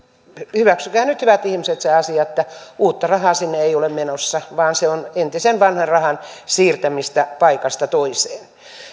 hyväksykää nyt hyvät ihmiset se asia että uutta rahaa sinne ei ole menossa vaan se on entisen vanhan rahan siirtämistä paikasta toiseen